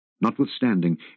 Notwithstanding